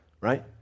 right